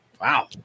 Wow